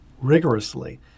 rigorously